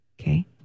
okay